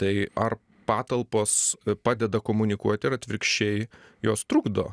tai ar patalpos padeda komunikuoti ir atvirkščiai jos trukdo